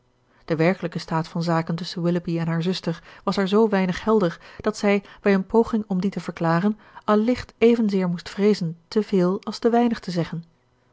de werkelijke staat van zaken tusschen willoughby en haar zuster was haar zoo weinig helder dat zij bij een poging om dien te verklaren allicht evenzeer moest vreezen te veel als te weinig te zeggen